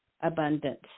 Abundance